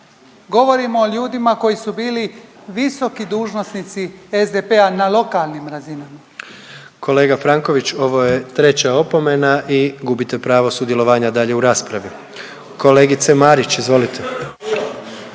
Govorim o ljudima koji su bili visoki dužnosnici SDP-a na lokalnim razinama. **Jandroković, Gordan (HDZ)** Kolega Franković, ovo je treća opomena i gubite pravo sudjelovanja dalje u raspravi. Kolegice Marić, izvolite.